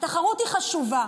התחרות חשובה.